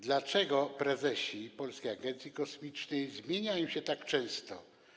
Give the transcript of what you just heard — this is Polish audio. Dlaczego prezesi Polskiej Agencji Kosmicznej zmieniają się tak często?